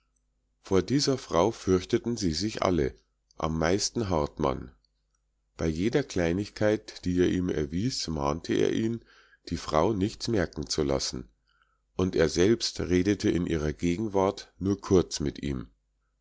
vor dieser frau fürchteten sie sich alle am meisten hartmann bei jeder kleinigkeit die er ihm erwies mahnte er ihn die frau nichts merken zu lassen und er selbst redete in ihrer gegenwart nur kurz mit ihm